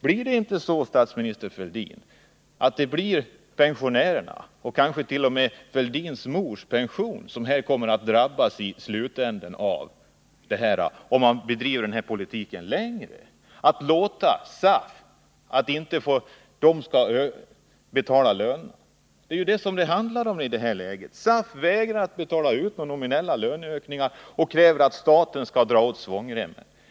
Blir det inte så, statsminister Fälldin, att pensionärerna — kanske t.o.m. Thorbjörn Fälldins egen mor — kommer att drabbas i slutänden, om man driver den politik längre som innebär att SAF inte skall betala löneökningarna? Det är ju det som det handlar om i detta läge. SAF vägrar att betala ut några nominella löneökningar och kräver att staten skall dra åt svångremmen.